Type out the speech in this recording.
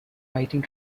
fighting